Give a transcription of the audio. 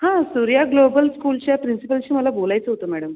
हा सूर्या ग्लोबल स्कूलच्या प्रिन्सिपलशी मला बोलायचं होतं मॅडम